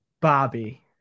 Bobby